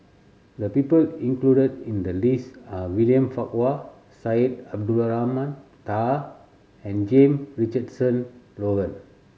the people included in the list are William Farquhar Syed Abdulrahman Taha and Jame Richardson Logan